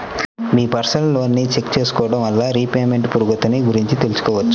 మీ personal లోన్ని check చేసుకోడం వల్ల రీపేమెంట్ పురోగతిని గురించి తెలుసుకోవచ్చు